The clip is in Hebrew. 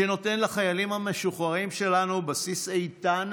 שנותן לחיילים המשוחררים שלנו בסיס איתן